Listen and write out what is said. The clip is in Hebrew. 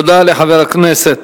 תודה לחבר הכנסת